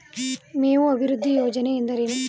ಮೇವು ಅಭಿವೃದ್ಧಿ ಯೋಜನೆ ಎಂದರೇನು?